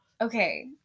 okay